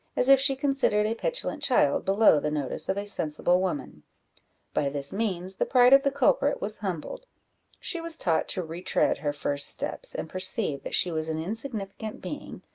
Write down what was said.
as if she considered a petulant child below the notice of a sensible woman by this means the pride of the culprit was humbled she was taught to retread her first steps, and perceive that she was an insignificant being,